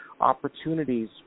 opportunities